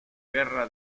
guerra